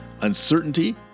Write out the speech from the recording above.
uncertainty